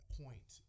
point